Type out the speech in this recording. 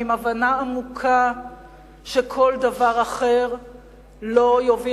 עם הבנה עמוקה שכל דבר אחר לא יוביל